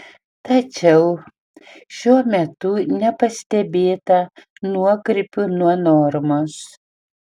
tačiau šiuo metu nepastebėta nuokrypių nuo normos